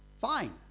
Fine